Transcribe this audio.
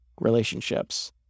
relationships